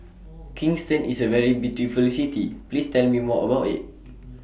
Kingston IS A very beautiful City Please Tell Me More about IT